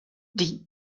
die